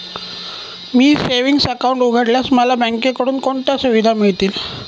मी savings account उघडल्यास मला बँकेकडून कोणत्या सुविधा मिळतील?